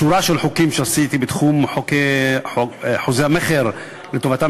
שורה של חוקים שעשיתי בתחום חוזי המכר לטובתם